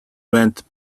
went